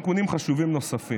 תיקונים חשובים נוספים.